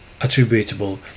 attributable